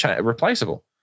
replaceable